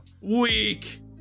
weak